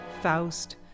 Faust